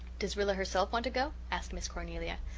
does rilla herself want to go? asked miss cornelia.